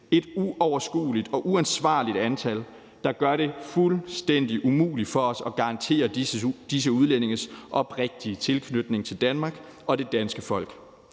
et uoverskueligt og uansvarligt antal, der gør det fuldstændig umuligt for os at garantere disse udlændinges oprigtige tilknytning til Danmark og det danske folk.